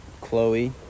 Chloe